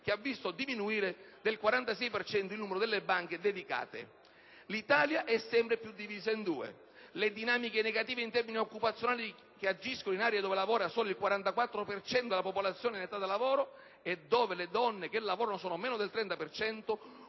che ha visto diminuire del 46 per cento il numero delle banche dedicate. L'Italia è sempre più divisa in due: le dinamiche negative in termini occupazionali che agiscono in aree dove lavora solo il 44 per cento della popolazione in età da lavoro e dove le donne che lavorano sono meno del 30